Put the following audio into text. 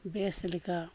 ᱵᱮᱥ ᱞᱮᱠᱟ